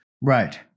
Right